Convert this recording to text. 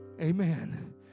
Amen